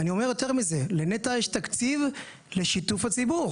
אני אומר יותר מזה: לנת"ע יש תקציב לשיתוף הציבור.